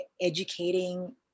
educating